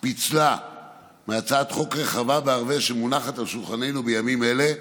פיצלה מהצעת חוק רחבה בהרבה שמונחת על שולחננו בימים אלה,